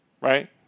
right